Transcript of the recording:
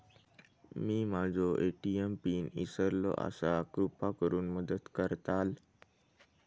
मी माझो ATM pin इसरलो आसा कृपा करुन मदत करताल